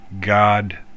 God